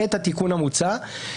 את התיקון המוצע.